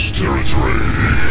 territory